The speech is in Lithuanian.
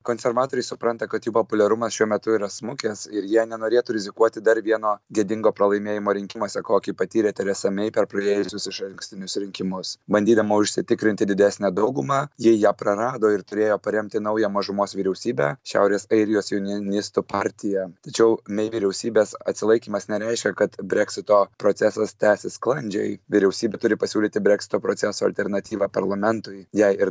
konservatoriai supranta kad jų populiarumas šiuo metu yra smukęs ir jie nenorėtų rizikuoti dar vieno gėdingo pralaimėjimo rinkimuose kokį patyrė teresa mei per praėjusius išankstinius rinkimus bandydama užsitikrinti didesnę daugumą ji ją prarado ir turėjo paremti naują mažumos vyriausybę šiaurės airijos junionistų partiją tačiau mei vyriausybės atsilaikymas nereiškia kad breksito procesas tęsis sklandžiai vyriausybė turi pasiūlyti breksito proceso alternatyvą parlamentui jei ir